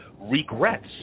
regrets